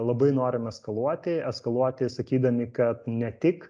labai norim eskaluoti eskaluoti sakydami kad ne tik